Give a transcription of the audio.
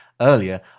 earlier